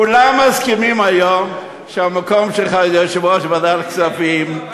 כולם מסכימים היום שהמקום שלך זה יושב-ראש ועדת הכספים.